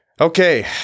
Okay